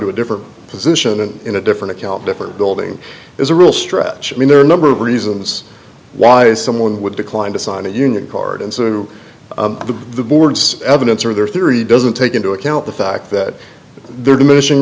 to a different position in a different account different building is a real stretch i mean there are a number of reasons why someone would decline to sign a union card and so the board's evidence or their theory doesn't take into account the fact that there are diminishing